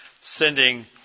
sending